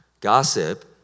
Gossip